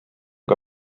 kui